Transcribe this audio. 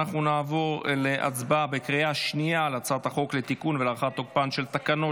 נעבור להצבעה בקריאה שנייה על הצעת החוק לתיקון ולהארכת תוקפן של תקנות